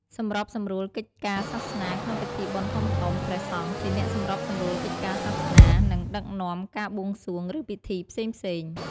ព្រះអង្គធានាថាភ្ញៀវអាចចូលរួមក្នុងពិធីដោយរលូន និងយល់អំពីអត្ថន័យនៃកិច្ចពិធីនីមួយៗ។